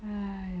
!haiyo!